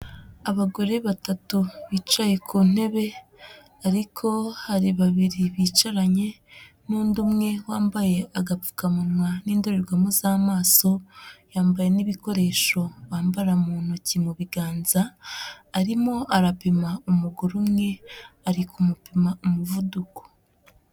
Abagore batatu bicaye ku ntebe ariko hari babiri bicaranye, n'undi umwe wambaye agapfukamunwa n'indorerwamo z'amaso, yambaye n'ibikoresho bambara mu ntoki mu biganza, arimo arapima umugore umwe, ari kumupima umuvuduko.